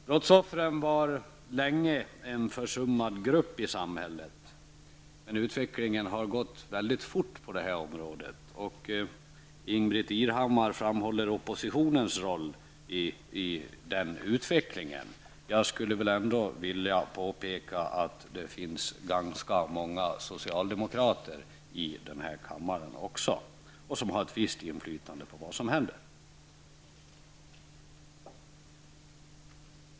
Brottsoffren var länge en försummad grupp i samhället, men utvecklingen har gått mycket fort på detta område. Ingbritt Irhammar framhåller oppositionens roll i den utvecklingen. Jag skulle ändå vilja påpeka att det i den här kammaren också finns ganska många socialdemokrater som har ett visst inflytande över vad som händer.